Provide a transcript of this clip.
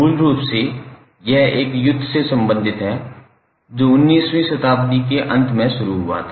मूल रूप से यह एक युद्ध से संबंधित है जो 19 वीं शताब्दी के अंत में हुआ था